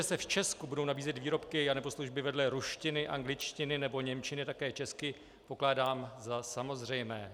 To, že se v Česku budou nabízet výrobky nebo služby vedle ruštiny, angličtiny nebo němčiny také česky, pokládám za samozřejmé.